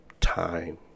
time